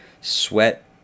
sweat